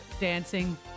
dancing